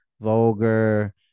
vulgar